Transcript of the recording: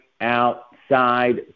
outside